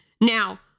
now